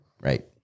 right